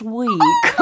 week